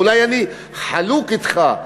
אולי אני חלוק אתך,